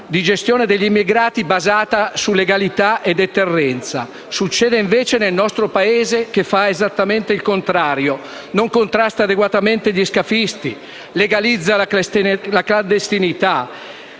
di gestione degli immigrati basata su legalità e deterrenza. Succede invece nel nostro Paese che fa esattamente il contrario: non contrasta adeguatamente gli scafisti, legalizza la clandestinità